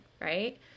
right